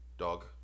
Dog